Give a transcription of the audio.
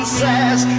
says